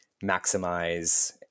maximize